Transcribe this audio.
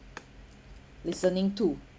listening to